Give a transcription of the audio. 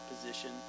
position